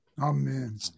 Amen